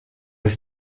ist